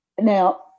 Now